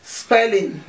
spelling